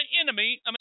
enemy